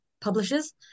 publishers